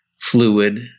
fluid